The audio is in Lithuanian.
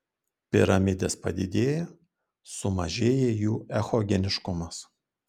piramidės padidėja sumažėja jų echogeniškumas